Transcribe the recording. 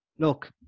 Look